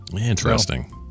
Interesting